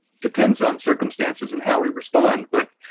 depends on circumstances and how we respond, but,